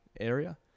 area